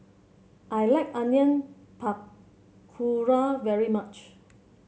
I like Onion Pakora very much